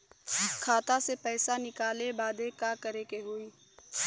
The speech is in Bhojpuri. खाता से पैसा निकाले बदे का करे के होई?